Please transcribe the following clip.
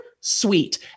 Sweet